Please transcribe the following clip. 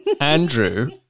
Andrew